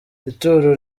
ituro